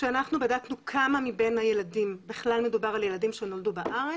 כשאנחנו בדקנו כמה מבין הילדים בכלל מדובר על ילדים שנולדו בארץ,